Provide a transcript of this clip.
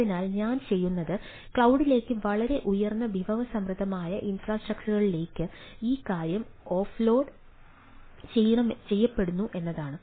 അതിനാൽ ഞാൻ ചെയ്യുന്നത് ക്ലൌഡിലേക്ക് വളരെ ഉയർന്ന വിഭവസമ്പന്നമായ ഇൻഫ്രാസ്ട്രക്ചറിലേക്ക് ഈ കാര്യം ഓഫ്ലോഡ് ചെയ്യപ്പെടുന്നു എന്നതാണ്